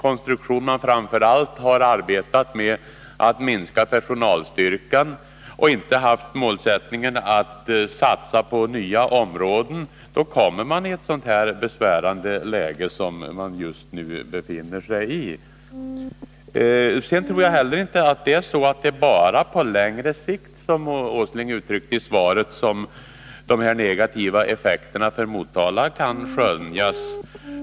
Om man framför allt har arbetat med att minska personalstyrkan och inte haft målsättningen att satsa på nya områden, kommer man i ett så besvärligt läge som man just nu Nr 33 befinner sig i. Sedan tror jag inte att det bara är på längre sikt — som Nils Åsling uttryckte sig i svaret — som de negativa effekterna för Motala kan skönjas.